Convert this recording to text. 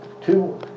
two